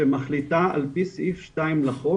שמחליטה עפ"י סעיף 2 לחוק,